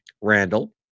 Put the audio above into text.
Randall